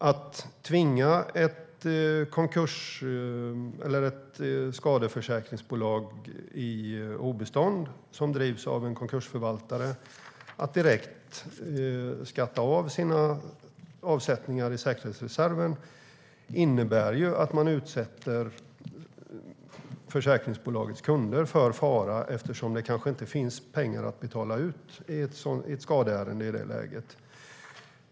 Att tvinga ett skadeförsäkringsbolag i obestånd, som drivs av en konkursförvaltare, att direkt skatta av sina avsättningar i säkerhetsreserven innebär att man utsätter försäkringsbolagets kunder för fara eftersom det kanske inte finns pengar att betala ut i ett skadeärende i det läget.